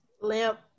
Limp